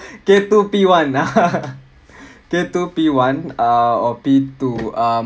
K two P one K two P one uh or P two um